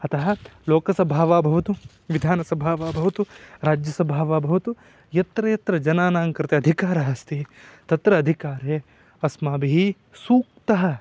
अतः लोकसभा वा भवतु विधानसभा वा भवतु राज्यसभा वा भवतु यत्र यत्र जनानां कृते अधिकारः अस्ति तत्र अधिकारे अस्माभिः सूक्तः